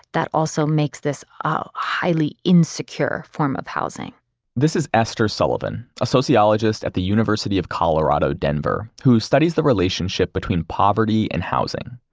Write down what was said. that also makes this a highly insecure form of housing this is esther sullivan, a sociologist at the university of colorado, denver, who studies the relationship between poverty and housing.